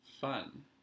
Fun